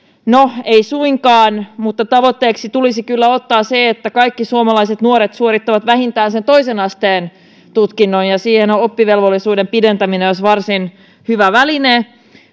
no ei suinkaan mutta tavoitteeksi tulisi kyllä ottaa se että kaikki suomalaiset nuoret suorittavat vähintään sen toisen asteen tutkinnon ja siihen oppivelvollisuuden pidentäminen olisi varsin hyvä väline